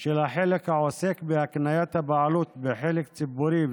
של החלק העוסק בהקניית הבעלות בחלק ציבורי,